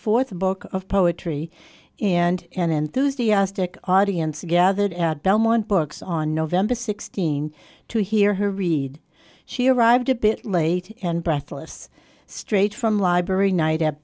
fourth book of poetry and an enthusiastic audience gathered at belmont books on nov sixteenth to hear her read she arrived a bit late and breathless straight from library night at